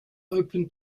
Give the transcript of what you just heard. open